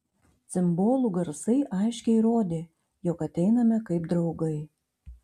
cimbolų garsai aiškiai rodė jog ateiname kaip draugai